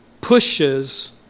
pushes